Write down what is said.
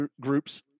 groups